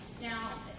Now